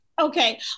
Okay